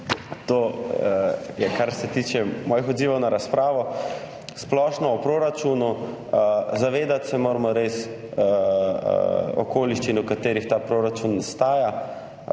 To je, kar se tiče mojih odzivov na razpravo. Splošno o proračunu. Res se moramo zavedati okoliščin, v katerih ta proračun nastaja.